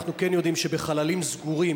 אנחנו כן יודעים שבחללים סגורים,